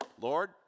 Lord